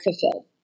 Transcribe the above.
fulfilled